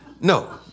No